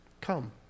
Come